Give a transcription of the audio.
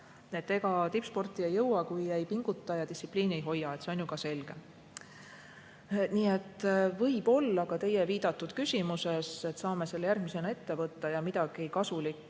Ega tippu ei jõua, kui ei pinguta ja distsipliini ei hoia, see on ju ka selge. Nii et võib-olla ka teie viidatud küsimuses, et saame selle järgmisena ette võtta ja midagi kasulikku